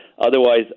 otherwise